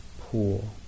pool